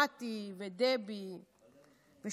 מטי ודבי ושלי,